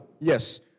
Yes